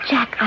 Jack